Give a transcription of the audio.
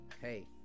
hey